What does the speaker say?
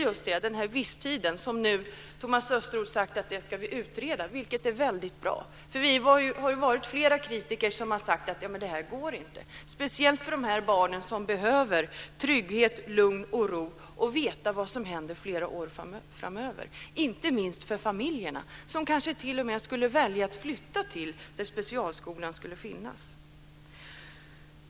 Nu säger Thomas Östros att denna visstid ska utredas, vilket är väldigt bra. Vi har varit flera kritiker som har sagt att detta inte går, speciellt inte för de barn som behöver trygghet, lugn och ro och som behöver veta vad som händer flera år framöver, och inte minst för familjerna som kanske t.o.m. skulle välja att flytta den till ort där specialskolan finns.